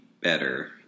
better